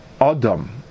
Adam